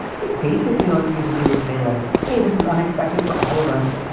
i think basically all you need to do is say like, hey, this is unexpected for all of us.